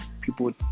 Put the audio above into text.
people